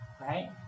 Right